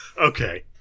Okay